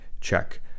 check